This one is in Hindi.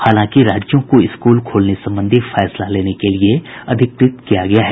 हालांकि राज्यों को स्कूल खोलने संबंधी फैसला लेने के लिए अधिकृत किया गया है